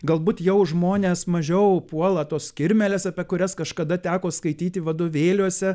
galbūt jau žmones mažiau puola tos kirmėlės apie kurias kažkada teko skaityti vadovėliuose